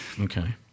Okay